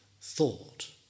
thought